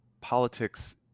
politics